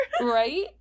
Right